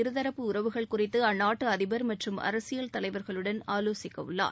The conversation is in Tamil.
இருதரப்பு உறவுகள் குறித்து அந்நாட்டு அதிபர் மற்றும் அரசியல் தலைவர்களுடன் ஆலோசிக்கவுள்ளார்